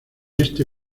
este